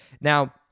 now